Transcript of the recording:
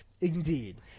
Indeed